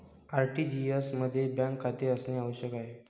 RTGS मध्ये bank खाते असणे आवश्यक आहे